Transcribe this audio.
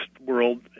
world